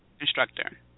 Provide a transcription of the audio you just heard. instructor